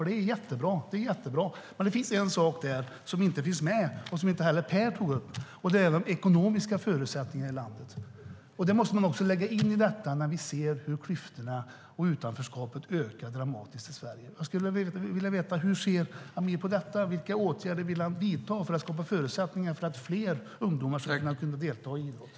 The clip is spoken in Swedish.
Det är jättebra, men det finns en sak som inte finns med där och som inte heller Per tog upp. Det är de ekonomiska förutsättningarna i landet. Det måste man lägga in när vi ser hur klyftorna och utanförskapet ökar dramatiskt i Sverige. Jag skulle vilja veta hur Amir ser på detta och vilka åtgärder han vill vidta för att skapa förutsättningar för att fler ungdomar ska kunna delta i idrott.